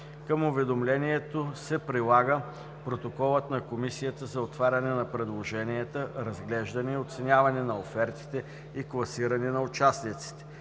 Към уведомлението се прилага протоколът на Комисията за отваряне на предложенията, разглеждане и оценяване на офертите и класиране на участниците.